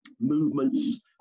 movements